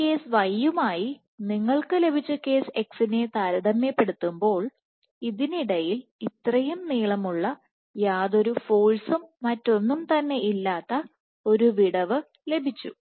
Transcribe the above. ഈ കേസ്Y യുമായി നിങ്ങൾക്ക് ലഭിച്ച കേസ് X നെ താരതമ്യപ്പെടുത്തുമ്പോൾ ഇതിനിടയിൽ ഇത്രയും നീളമുള്ള യാതൊരു ഫോഴ്സും മറ്റൊന്നും തന്നെ ഇല്ലാത്ത ഒരു വിടവ് ലഭിച്ചു